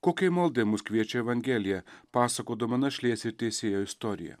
kokia malda mus kviečia evangelija pasakodama našlės ir teisėjo istoriją